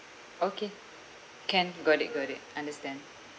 okay can got it got it understand